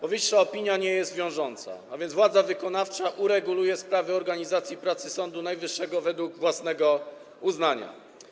Powyższa opinia nie jest wiążąca, a więc władza wykonawcza ureguluje sprawy organizacji pracy Sądu Najwyższego według własnego uznania.